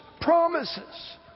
promises